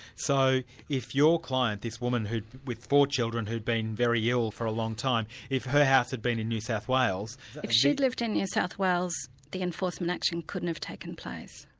so if your client, this woman with four children who'd been very ill for a long time, if her house had been in new south wales. if she'd lived in new south wales, the enforcement action couldn't have taken place.